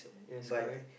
yes correct